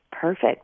perfect